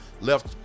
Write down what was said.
left